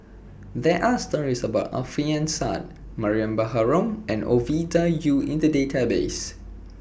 There Are stories about Alfian Sa'at Mariam Baharom and Ovidia Yu in The Database